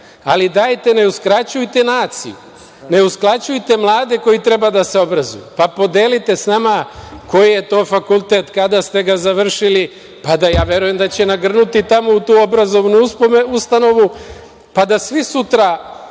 Ali, dajte, ne uskraćujte naciji, ne uskraćujte mlade koji treba da se obrazuju, pa podelite sa nama koji je to fakultet, kada ste ga završili? Ja verujem da će nagrnuti tamo u tu obrazovnu ustanovu, pa da svi sutra